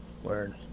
Word